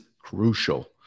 crucial